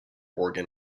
organ